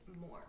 more